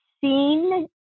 seen